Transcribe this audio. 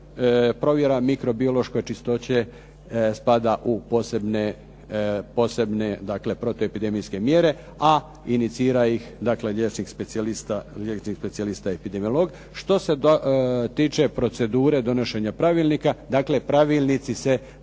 provjera mikrobiološke čistoće spada u posebne protuepidemijske mjere, a inicira ih dakle liječnik specijalista epidemiolog. Što se tiče procedure donošenja pravilnika, dakle pravilnici se